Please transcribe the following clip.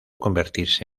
convertirse